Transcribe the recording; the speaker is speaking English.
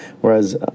whereas